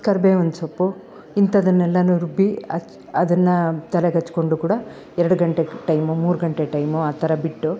ಕರ್ಬೇವಿನ್ ಸೊಪ್ಪು ಇಂಥದ್ದನ್ನೆಲ್ಲನು ರುಬ್ಬಿ ಹಚ್ ಅದನ್ನು ತಲೆಗೆ ಹಚ್ಕೊಂಡು ಕೂಡ ಎರಡು ಗಂಟೆ ಟೈಮು ಮೂರು ಗಂಟೆ ಟೈಮು ಆ ಥರ ಬಿಟ್ಟು